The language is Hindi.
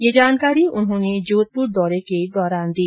यह जानकारी उन्होंने जोधपुर दौरे के दौरान दी